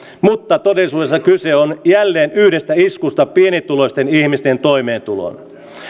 mutta todellisuudessa kyse on jälleen yhdestä iskusta pienituloisten ihmisten toimeentuloon